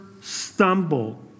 stumble